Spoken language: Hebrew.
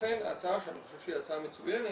לכן ההצעה שאני חושב שהיא הצעה מצוינת,